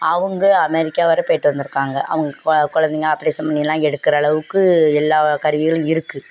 அவங்க அமெரிக்கா வரை போயிட்டு வந்துருக்காங்க அவங்க கொழந்தைங்க ஆப்ரேஷன் பண்ணிகலாம் எடுக்கிற அளவுக்கு எல்லா கருவிகளும் இருக்குது